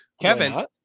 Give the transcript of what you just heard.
Kevin